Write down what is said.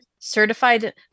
Certified